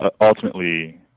ultimately